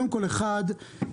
האחת,